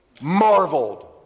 marveled